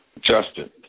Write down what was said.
Justin